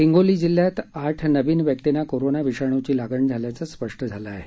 हिंगोली जिल्ह्यात आठ नवीन व्यक्तींना कोरोना विषाणूची लागण झाल्याचं स्पष्ट झालं आहे